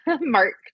Mark